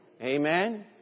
Amen